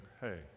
hey